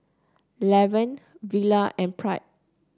Lavern Villa and Pratt